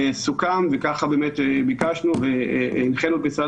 סוכם וכך באמת ביקשנו והנחנו את משרד